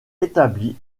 établis